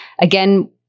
again